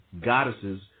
goddesses